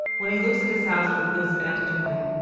when he looks at his house from this vantage point.